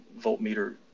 voltmeter